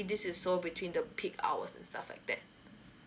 this is so between the peak hours and stuff like that